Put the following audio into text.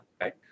right